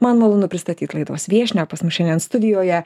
man malonu pristatyt laidos viešnią pas mus šiandien studijoje